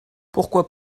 pourquoi